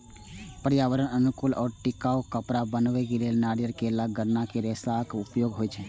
पर्यावरण अनुकूल आ टिकाउ कपड़ा बनबै लेल नारियल, केला, गन्ना के रेशाक उपयोग होइ छै